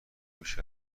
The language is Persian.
بیش